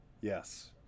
Yes